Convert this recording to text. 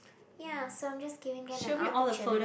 ya so I'm just giving them an opportuni~